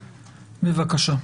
בבקשה.